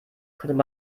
konnte